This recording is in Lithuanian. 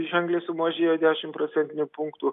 ženkliai sumažėjo dešimt procentinių punktų